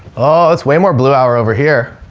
oh, that's way more blue hour over here.